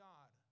God